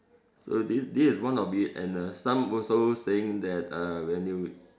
so this this is one of it and uh some also saying that uh when they